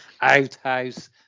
Outhouse